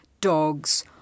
dogs